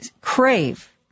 crave